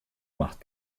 macht